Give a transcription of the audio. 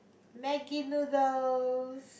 Maggi noodles